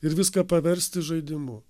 ir viską paversti žaidimu